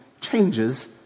changes